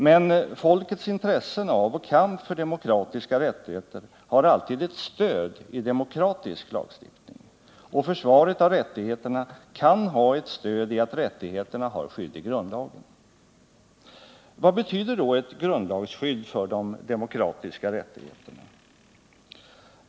Men folkets intressen av och kamp för demokratiska rättigheter har alltid ett stöd i demokratisk lagstiftning. Och försvaret av rättigheterna kan ha ett stöd i att rättigheterna har skydd i grundlagen. Vad betyder ett grundlagsskydd för de demokratiska rättigheterna?